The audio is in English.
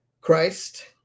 Christ